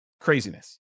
craziness